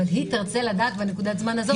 אבל היא תרצה לדעת בנקודת זמן הזאת,